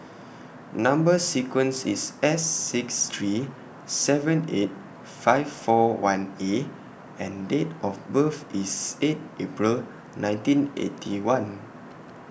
Number sequence IS S six three seven eight five four one A and Date of birth IS eight April nineteen Eighty One